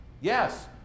Yes